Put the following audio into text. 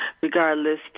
regardless